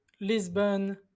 Lisbon